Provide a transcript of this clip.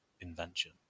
invention